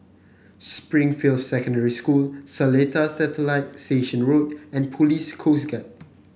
Springfield Secondary School Seletar Satellite Station Road and Police Coast Guard